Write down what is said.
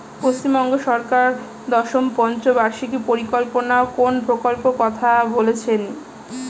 পশ্চিমবঙ্গ সরকার দশম পঞ্চ বার্ষিক পরিকল্পনা কোন প্রকল্প কথা বলেছেন?